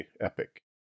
Epic